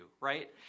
right